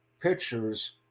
pictures